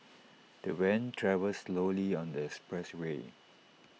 the van travelled slowly on the expressway